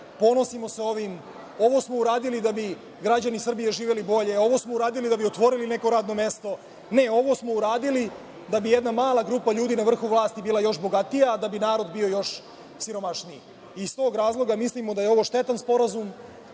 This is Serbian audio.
ponosimo se ovim, ovo smo uradili da bi građani Srbije živeli bolje, ovo smo uradili da bi otvorili neko radno mesto. Ne, ovo smo uradili da bi jedna mala grupa ljudi na vrhu vlasti bila još bogatija, da bi narod bio još siromašniji. Iz tog razloga mislimo da je ovo štetan sporazum,